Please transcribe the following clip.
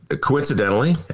coincidentally